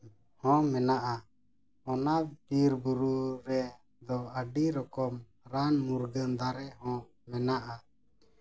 ᱦᱚᱸ ᱢᱮᱱᱟᱜᱼᱟ ᱚᱱᱟ ᱵᱤᱨᱼᱵᱩᱨᱩ ᱨᱮᱫᱚ ᱟᱹᱰᱤ ᱨᱚᱠᱚᱢ ᱨᱟᱱ ᱢᱩᱨᱜᱟᱹᱱ ᱫᱟᱨᱮ ᱦᱚᱸ ᱢᱮᱱᱟᱜᱼᱟ